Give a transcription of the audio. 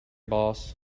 boss